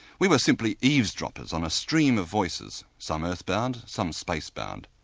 we were simply eavesdroppers on a stream of voices, some earth bound, some space bound.